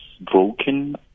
broken